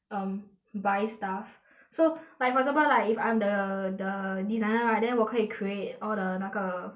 um buy stuff so like for example like if I'm the the designer right then 我可以 create all the 那个